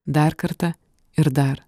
dar kartą ir dar